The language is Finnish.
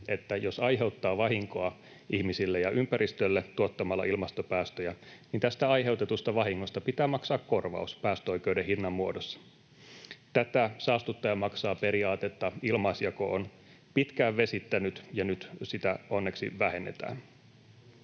että jos aiheuttaa vahinkoa ihmisille ja ympäristölle tuottamalla ilmastopäästöjä, niin tästä aiheutetusta vahingosta pitää maksaa korvaus päästöoikeuden hinnan muodossa. Tätä saastuttaja maksaa ‑periaatetta ilmaisjako on pitkään vesittänyt, ja nyt sitä onneksi vähennetään.